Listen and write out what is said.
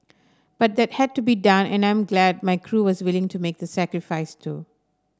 but that had to be done and I'm glad my crew was willing to make the sacrifice too